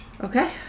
Okay